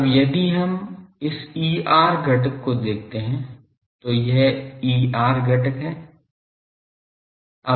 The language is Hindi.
अब यदि हम इस Er घटक को देखते हैं तो यह Er घटक है